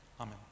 Amen